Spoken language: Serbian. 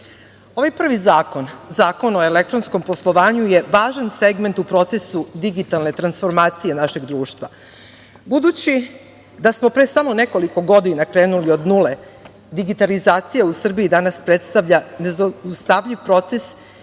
prvi zakon, Zakon o elektronskom poslovanju je važan segment u procesu digitalne transformacije našeg društva. Budući da smo pre samo nekoliko godina krenuli od nule, digitalizacija u Srbiji danas predstavlja nezaustavljiv proces